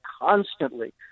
constantly